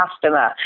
customer